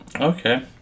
Okay